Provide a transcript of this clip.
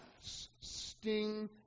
sting